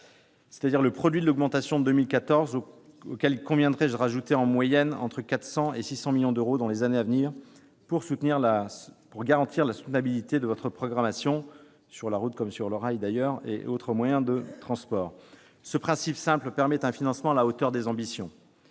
représente le produit de l'augmentation de 2014, auquel il conviendrait d'ajouter, en moyenne, entre 400 millions et 600 millions d'euros dans les années à venir pour garantir la soutenabilité de votre programmation, sur la route comme sur le rail ou pour d'autres moyens de transport. Ce principe simple permet un financement à la hauteur des ambitions.